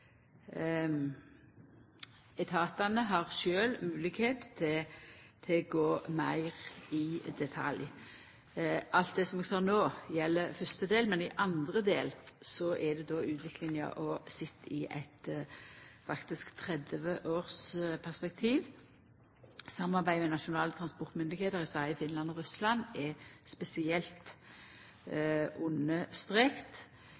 Etatane har sjølve moglegheit til å gå meir i detalj. Alt det som eg sa no, gjeld fyrste del, men i andre del, er utviklinga faktisk sett i eit 30 års perspektiv. Samarbeidet med nasjonale transportstyresmakter i Sverige, Finland og Russland er spesielt